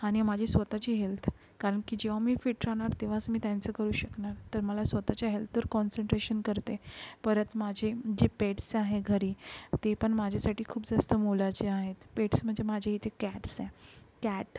आणि माझी स्वतःची हेल्थ कारण की जेव्हा मी फिट राहणार तेव्हाच मी त्यांचं करू शकणार तर मला स्वतःच्या हेल्तवर काँन्सनट्रेशन करते परत माझे जे पेट्स आहे घरी ते पण माझ्यासाठी खूप जास्त मोलाचे आहेत पेट्स म्हणजे माझे इथे कॅट्स आहे कॅट